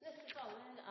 Spørsmålet